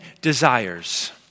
desires